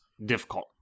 difficult